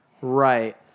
Right